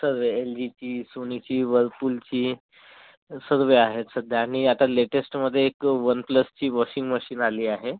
सर्व एलजीची सोनीची व्हरपूलची सर्व आहेत सध्या आणि आता लेटेस्टमध्ये एक वन प्लसची वॉशिंग मशीन आली आहे